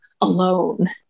alone